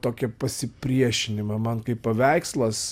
tokią pasipriešinimą man kaip paveikslas